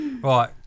right